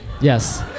Yes